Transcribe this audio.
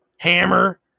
Hammer